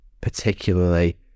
particularly